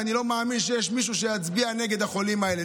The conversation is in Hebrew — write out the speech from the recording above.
כי אני לא מאמין שיש מישהו שיצביע נגד החולים האלה,